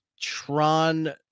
Tron